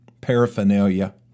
paraphernalia